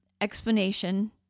explanation